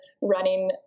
running